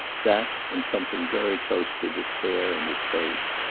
that and something very close to despair in his face.